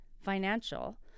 Financial